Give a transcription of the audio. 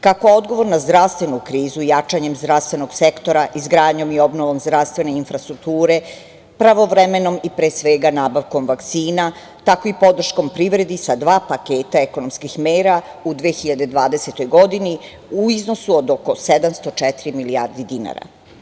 Kako odgovor na zdravstvenu krizu jačanjem zdravstvenog sektora, izgradnjom i obnovom zdravstvene infrastrukture, pravovremenom i pre svega nabavkom vakcina, tako i podrškom privredi sa dva paketa ekonomskih mera u 2020. godini u iznosu od oko 704 milijardi dinara.